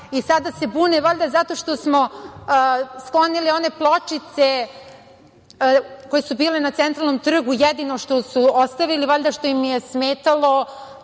Sada se bune valjda zato što smo sklonili one pločice koje su bile na centralnom trgu. Jedino što su ostali, valjda im je smetalo